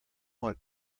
what